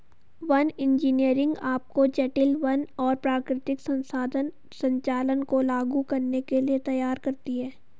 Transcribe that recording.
one engineering आपको जटिल वन और प्राकृतिक संसाधन संचालन को लागू करने के लिए तैयार करती है